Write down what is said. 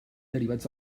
derivats